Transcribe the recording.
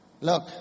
Look